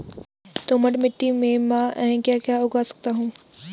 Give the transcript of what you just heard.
दोमट मिट्टी में म ैं क्या क्या उगा सकता हूँ?